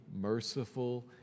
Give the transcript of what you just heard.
merciful